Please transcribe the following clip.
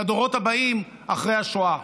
לדורות הבאים אחרי השואה.